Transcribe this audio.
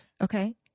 okay